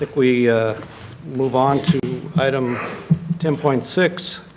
like we move onto to item ten point six.